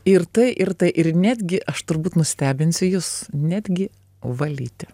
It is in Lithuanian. ir tai ir tai ir netgi aš turbūt nustebinsiu jus netgi valyti